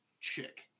chick